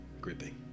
gripping